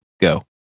Go